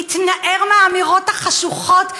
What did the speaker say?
להתנער מהאמירות החשוכות,